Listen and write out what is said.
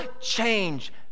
change